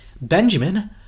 Benjamin